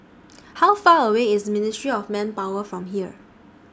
How Far away IS Ministry of Manpower from here